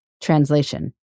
Translation